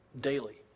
daily